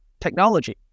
technology